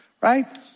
Right